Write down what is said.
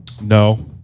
No